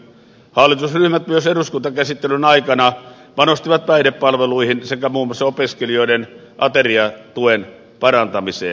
hallitusryhmät myös eduskuntakäsittelyn aikana panostivat päihdepalveluihin sekä muun muassa opiskelijoiden ateriatuen parantamiseen